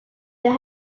that